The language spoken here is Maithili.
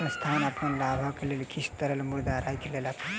संस्थान अपन लाभक लेल किछ तरल मुद्रा राइख लेलक